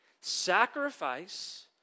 sacrifice